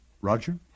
Roger